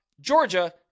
Georgia